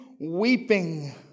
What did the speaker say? weeping